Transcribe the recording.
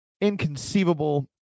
inconceivable